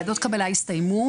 ועדות קבלה הסתיימו.